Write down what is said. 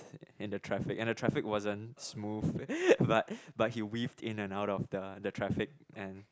and the traffic and the traffic wasn't smooth but but he weaved in and out of the the traffic and